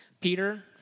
Peter